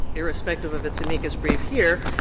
irrespective of its amicus brief here,